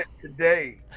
today